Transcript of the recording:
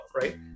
right